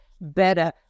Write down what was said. better